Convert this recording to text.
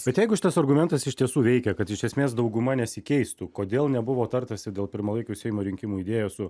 bet jeigu šitas argumentas iš tiesų veikia kad iš esmės dauguma nesikeistų kodėl nebuvo tartasi dėl pirmalaikių seimo rinkimų idėja su